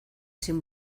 sin